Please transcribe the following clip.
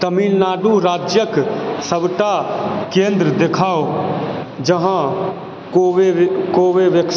तमिलनाडु राज्यक सबटा केंद्र देखाउ जहाँ कोवेक्सिन